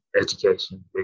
education